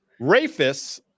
Rafis